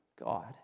God